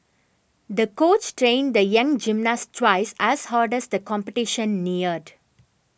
the coach trained the young gymnast twice as hard as the competition neared